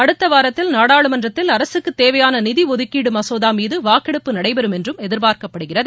அடுத்த வாரத்தில் நாடாளுமன்றத்தில் அரசுக்கு தேவையான நிதி ஒதுக்கீடு மசோதா மீது வாக்கெடுப்பு நடைபெறும் என்றும் எதிர்பார்க்கப்படுகிறது